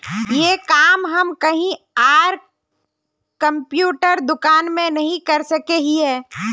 ये काम हम कहीं आर कंप्यूटर दुकान में नहीं कर सके हीये?